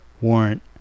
warrant